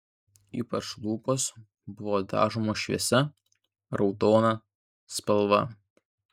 ypač lūpos buvo dažomos šviesia raudona spalva